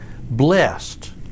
blessed